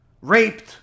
raped